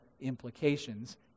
implications